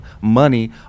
money